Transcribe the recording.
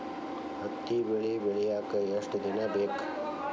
ಹತ್ತಿ ಬೆಳಿ ಬೆಳಿಯಾಕ್ ಎಷ್ಟ ದಿನ ಬೇಕ್?